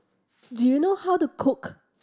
do you know how to cook